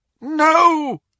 No